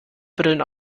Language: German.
brillen